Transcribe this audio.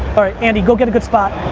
alright, andy, go get a good spot.